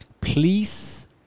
please